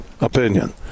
opinion